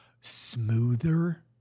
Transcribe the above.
smoother